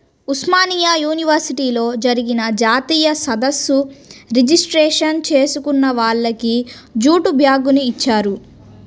ఉస్మానియా యూనివర్సిటీలో జరిగిన జాతీయ సదస్సు రిజిస్ట్రేషన్ చేసుకున్న వాళ్లకి జూటు బ్యాగుని ఇచ్చారు